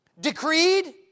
decreed